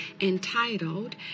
entitled